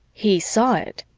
he saw it.